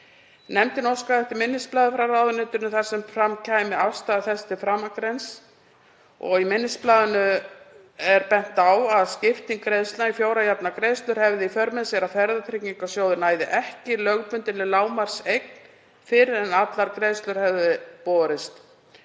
Nefndin óskaði eftir minnisblaði frá ráðuneytinu þar sem fram kæmi afstaða þess til framangreinds. Í minnisblaði ráðuneytisins er bent á að skipting greiðslna í fjórar jafnar greiðslur hefði í för með sér að Ferðatryggingasjóður næði ekki lögbundinni lágmarkseign fyrr en allar greiðslur hefðu borist.